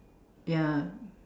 ya